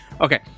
okay